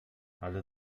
ale